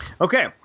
Okay